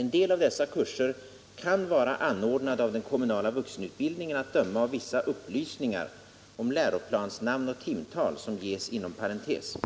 En del av dessa kurser kan vara anordnade av den kommunala vuxenutbildningen, att döma av vissa upplysningar — läroplansnamn och timtal — som ges inom parentes.